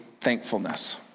thankfulness